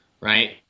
right